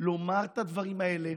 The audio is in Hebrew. לומר את הדברים האלה,